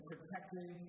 Protecting